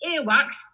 Earwax